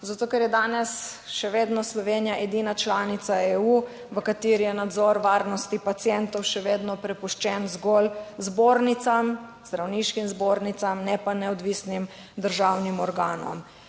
zato, ker je danes še vedno Slovenija edina članica EU, v kateri je nadzor varnosti pacientov še vedno prepuščen zgolj zbornicam zdravniškim zbornicam, ne pa neodvisnim državnim organom.